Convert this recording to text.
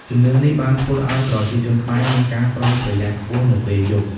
ជំនឿនេះបានធ្វើឱ្យប្រជាជនខ្មែរមានការប្រុងប្រយ័ត្នខ្ពស់នៅពេលយប់។